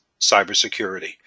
Cybersecurity